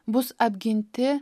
bus apginti